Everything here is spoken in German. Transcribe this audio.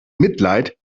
mitleid